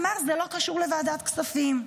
אמר: זה לא קשור לוועדת כספים.